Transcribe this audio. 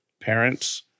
parents